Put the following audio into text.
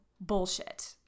bullshit